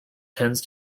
tends